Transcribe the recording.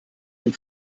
den